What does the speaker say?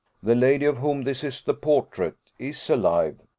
the lady, of whom this is the portrait, is alive,